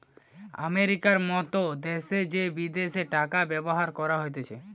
আমেরিকার মত দ্যাশে যে বিদেশি টাকা ব্যবহার করা হতিছে